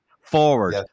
forward